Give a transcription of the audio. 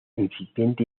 incipiente